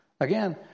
Again